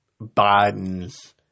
Biden's